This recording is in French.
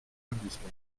indispensable